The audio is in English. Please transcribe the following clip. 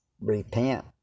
repent